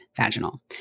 vaginal